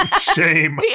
shame